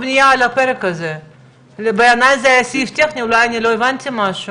מפעלים כמו אינטל בשדרות או באופקים או במקומות